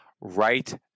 right